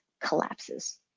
collapses